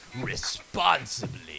RESPONSIBLY